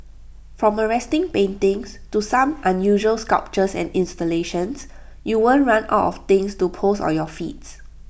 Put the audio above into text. from arresting paintings to some unusual sculptures and installations you won't run out of things to post on your feeds